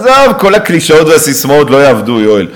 עזוב, כל הקלישאות והססמאות לא יעבדו, יואל.